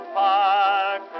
park